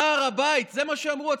הר הבית, זה מה שאמרו הצנחנים: